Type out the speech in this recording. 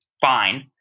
fine